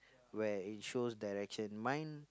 where it shows direction mine